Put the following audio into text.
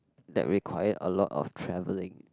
that require a lot of travelling